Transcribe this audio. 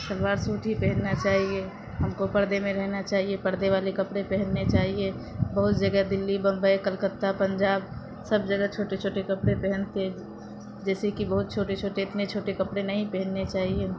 shalwar suit ہی پہننا چاہیے ہم کو پردے میں رہنا چاہیے پردے والے کپڑے پہننے چاہیے بہت جگہ دلّی بمبئی کلکتہ پنجاب سب جگہ چھوٹے چھوٹے کپڑے پہنتے جیسے کہ بہت چھوٹے چھوٹے اتنے چھوٹے کپڑے نہیں پہننے چاہیے